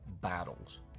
battles